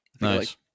Nice